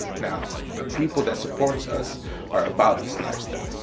now the people that supports us are about this lifestyle.